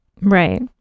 right